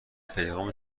پیغام